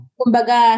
kumbaga